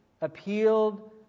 appealed